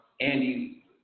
Andy